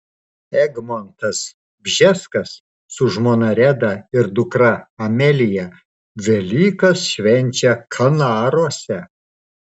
egmontas bžeskas su žmona reda ir dukra amelija velykas švenčia kanaruose